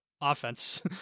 offense